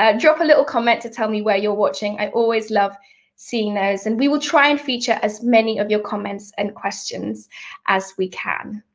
ah drop a little comment to tell me where you're watching. i always love seeing those, and we will try and feature as many of your comments and questions as we can.